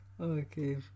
Okay